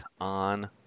on